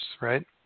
right